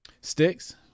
Sticks